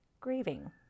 grieving